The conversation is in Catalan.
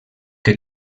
que